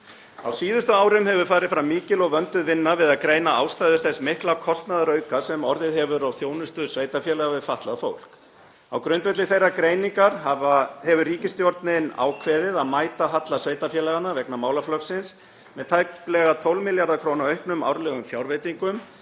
Á síðustu árum hefur farið fram mikil og vönduð vinna við að greina ástæður þess mikla kostnaðarauka sem orðið hefur á þjónustu sveitarfélaga við fatlað fólk. Á grundvelli þeirrar greiningar hefur ríkisstjórnin ákveðið að mæta halla sveitarfélaganna vegna málaflokksins með tæplega 12 milljarða kr. auknum árlegum fjárveitingum